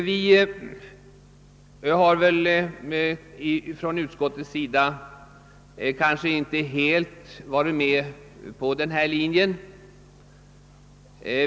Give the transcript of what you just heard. Vi har inom utskottet inte helt kunnat ansluta oss till denna linje.